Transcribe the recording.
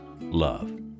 love